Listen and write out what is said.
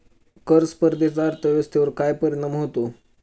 कर स्पर्धेचा अर्थव्यवस्थेवर काय परिणाम होतो?